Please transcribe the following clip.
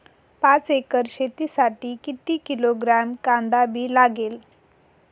पाच एकर शेतासाठी किती किलोग्रॅम कांदा बी लागेल?